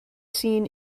seen